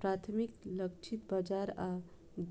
प्राथमिक लक्षित बाजार आ